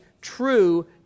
true